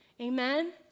Amen